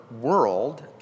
world